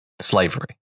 slavery